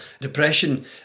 depression